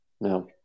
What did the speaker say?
No